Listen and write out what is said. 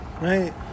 Right